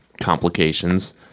complications